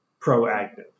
proactive